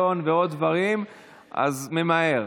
אדוני היושב-ראש.